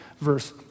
verse